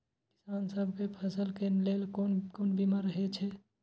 किसान सब के फसल के लेल कोन कोन बीमा हे छे?